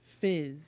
fizz